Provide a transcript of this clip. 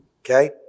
okay